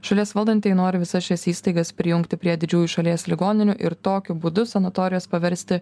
šalies valdantieji nori visas šias įstaigas prijungti prie didžiųjų šalies ligoninių ir tokiu būdu sanatorijos paversti